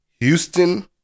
Houston